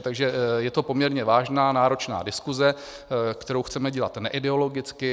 Takže je to poměrně vážná náročná diskuse, kterou chceme dělat neideologicky.